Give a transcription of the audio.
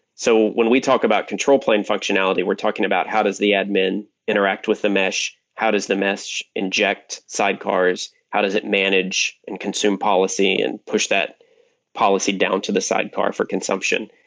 so when we talk about control plane functionality, we're talking about how does the admin interact with the mesh, how does the mesh inject sidecars, how does it manage and consume policy and push that policy down to the sidecar for consumption,